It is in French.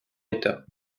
état